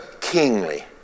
kingly